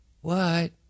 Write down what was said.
What